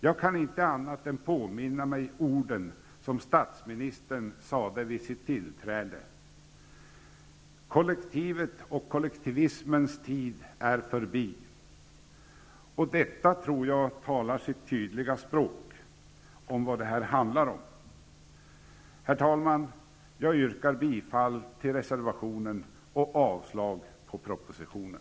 Jag påminner mig vad statsministern sade vid sitt tillträde: ''Kollektivet och kollektivismens tid är förbi''. Det uttalandet talar sitt tydliga språk om vad detta handlar om. Herr talman! Jag yrkar bifall till reservationen och avslag på propositionen.